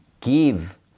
give